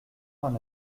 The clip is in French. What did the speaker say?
vingt